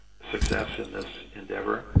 success in this endeavor.